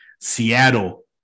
Seattle